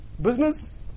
Business